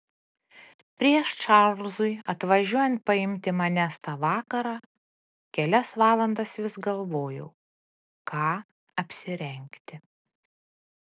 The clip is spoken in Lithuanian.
prieš čarlzui atvažiuojant paimti manęs tą vakarą kelias valandas vis galvojau ką apsirengti